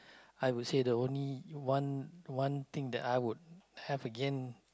I would say the only one one thing that I would have again